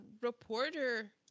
reporter